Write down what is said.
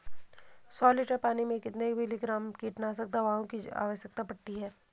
सौ लीटर पानी में कितने मिलीग्राम कीटनाशक दवाओं की आवश्यकता पड़ती है?